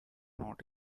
not